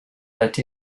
that